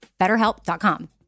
BetterHelp.com